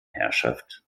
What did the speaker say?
herrschaft